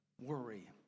worry